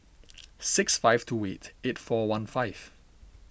six five two weight eight four one five